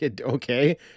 Okay